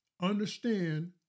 understand